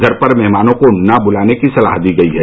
घर पर मेहमानों को न बुलाने की सलाह दी गई है